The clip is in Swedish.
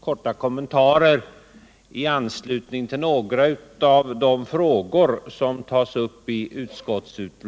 korta kommentarer i anslutning till en del av de frågor som tas upp i betänkandet.